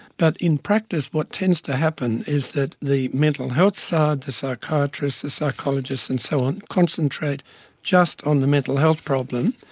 but in practice what tends to happen is that the mental health side, the psychiatrists, the psychologists and so on, concentrate just on the mental health problem.